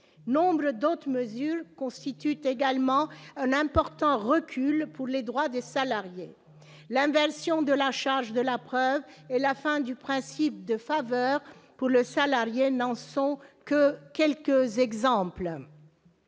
Nombre d'autres mesures constituent également un important recul pour les droits des salariés : l'inversion de la charge de la preuve et la fin du principe de faveur pour le salarié n'en sont que deux exemples.